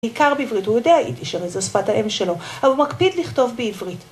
עיקר בעברית, הוא יודע יידיש, הרי זו שפת האם שלו, אבל הוא מקפיד לכתוב בעברית